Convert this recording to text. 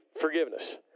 forgiveness